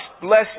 bless